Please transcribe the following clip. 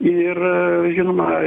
ir žinoma